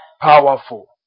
Powerful